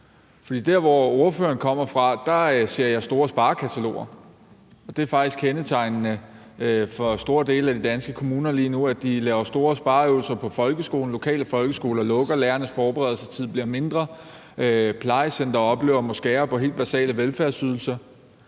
der, hvor ordføreren kommer fra, ser jeg store sparekataloger, og det er faktisk kendetegnende for en stor del af de danske kommuner lige nu, at de laver store spareøvelser på folkeskolen, at lokale folkeskoler lukker, at lærernes forberedelsestid bliver mindre, at plejecentre oplever at måtte skære ned på helt basale velfærdsydelser,